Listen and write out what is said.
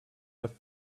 have